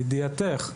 לידיעתך,